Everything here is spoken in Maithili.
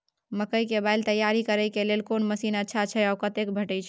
मकई के बाईल तैयारी करे के लेल कोन मसीन अच्छा छै ओ कतय भेटय छै